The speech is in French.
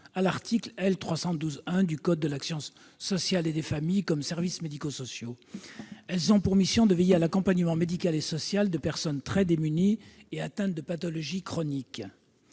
à l'article L. 312-1 du code de l'action sociale et des familles comme services médico-sociaux. Elles ont pour mission de veiller à l'accompagnement médical et social de personnes très démunies et atteintes de pathologies chroniques.